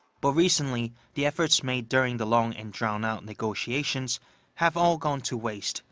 but recently, the efforts made during the long and drawn-out negotiations have all gone to waste,